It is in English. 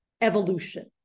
evolution